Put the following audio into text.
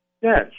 Yes